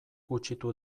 gutxitu